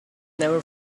never